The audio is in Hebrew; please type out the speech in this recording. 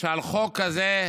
שעל חוק כזה,